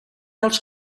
als